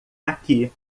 aqui